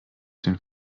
den